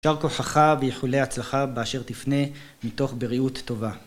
ישר כוחך ואיחולי הצלחה באשר תפנה מתוך בריאות טובה.